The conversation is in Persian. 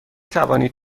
توانید